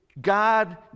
God